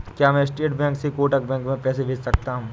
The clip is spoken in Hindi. क्या मैं स्टेट बैंक से कोटक बैंक में पैसे भेज सकता हूँ?